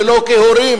ולא כהורים,